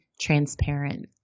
transparent